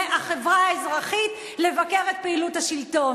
החברה האזרחית לבקר את פעילות השלטון?